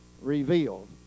revealed